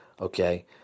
Okay